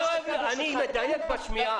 אני מדייק בשמיעה